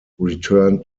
returned